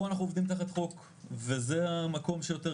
פה אנחנו עובדים תחת חוק וזה המקום שיותר